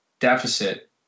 deficit